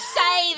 say